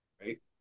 right